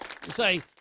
Say